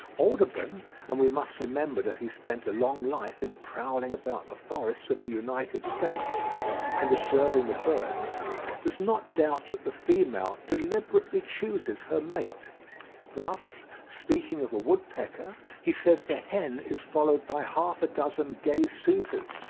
audubon and we must remember that he spent a long life in prowling about the forests of the united states and observing the birds does not doubt that the female deliberately chooses her mate thus, speaking of a woodpecker, he says the hen is followed by half-a-dozen gay suitors,